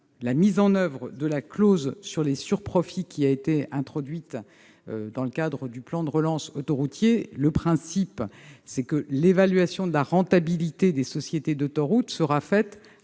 la mise en oeuvre de la clause sur les surprofits qui a été introduite dans le cadre du plan de relance autoroutier. L'évaluation de la rentabilité des sociétés d'autoroutes sera